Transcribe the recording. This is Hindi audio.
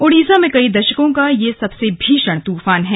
ओड़िसा में कई दशकों का यह सबसे भीषण तूफान है